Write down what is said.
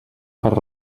per